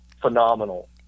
phenomenal